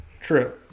True